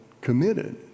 committed